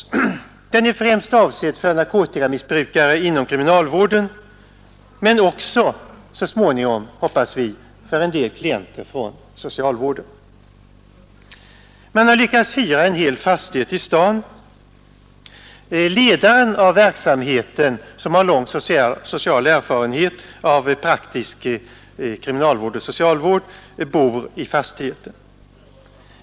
Den är främst avsedd för narkotikamissbrukare inom kriminalvården, men den kan också så småningom, hoppas vi, bereda plats för en del klienter från socialvården. Man har lyckats hyra en hel fastighet i staden. Ledaren av verksamheten, som har lång erfarenhet av praktisk kriminalvård och socialvård, bor i fastigheten.